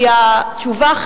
כי התשובה,